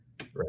right